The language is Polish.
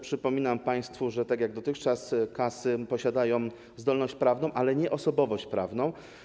Przypominam państwu, że tak jak dotychczas, kasy posiadają zdolność prawną, ale nie osobowość prawną.